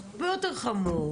הרבה יותר חמור,